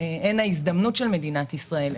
הן ההזדמנות של מדינת ישראל,